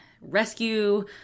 rescue